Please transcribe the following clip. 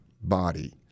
body